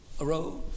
arose